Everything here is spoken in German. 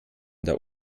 der